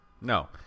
No